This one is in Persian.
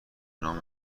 نام